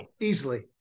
easily